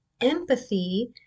empathy